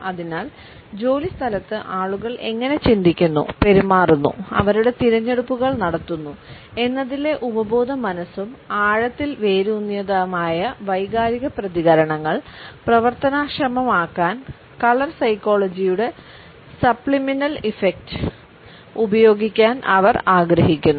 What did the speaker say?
അതിനാൽ ജോലിസ്ഥലത്ത് ആളുകൾ എങ്ങനെ ചിന്തിക്കുന്നു പെരുമാറുന്നു അവരുടെ തിരഞ്ഞെടുപ്പുകൾ നടത്തുന്നു എന്നതിലെ ഉപബോധമനസ്സും ആഴത്തിൽ വേരൂന്നിയതുമായ വൈകാരിക പ്രതികരണങ്ങൾ പ്രവർത്തനക്ഷമമാക്കാൻ കളർ സൈക്കോളജിയുടെ സപ്ലിമിനൽ ഇഫക്റ്റ് ഉപയോഗിക്കാൻ അവർ ആഗ്രഹിക്കുന്നു